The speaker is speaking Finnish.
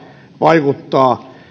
vaikuttaa